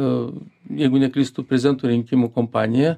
a jeigu neklystu prezidentų rinkimų kampanija